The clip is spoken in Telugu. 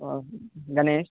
గణేష్